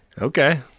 Okay